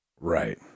Right